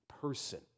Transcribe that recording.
person